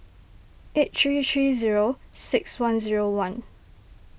eight three three zero six one zero one